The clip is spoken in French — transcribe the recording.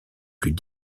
plus